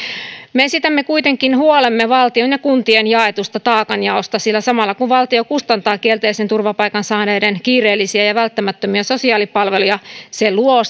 me esitämme kuitenkin huolemme valtion ja kuntien jaetusta taakanjaosta sillä samalla kun valtio kustantaa kielteisen turvapaikan saaneiden kiireellisiä ja ja välttämättömiä sosiaalipalveluja se luo